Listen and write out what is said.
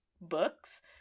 books